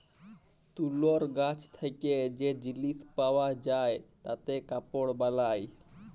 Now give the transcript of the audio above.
তুলর গাছ থেক্যে যে জিলিস পাওয়া যায় তাতে কাপড় বালায়